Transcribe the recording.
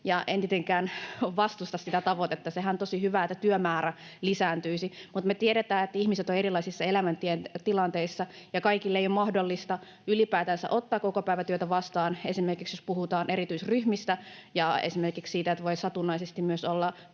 En tietenkään vastusta sitä tavoitetta — sehän on tosi hyvä, että työmäärä lisääntyisi — mutta me tiedetään, että ihmiset ovat erilaisissa elämäntilanteissa ja kaikilla ei ole mahdollista ylipäätänsä ottaa kokopäivätyötä vastaan, esimerkiksi jos puhutaan erityisryhmistä ja esimerkiksi siitä, että voi satunnaisesti olla